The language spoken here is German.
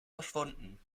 verschwunden